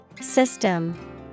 System